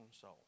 soul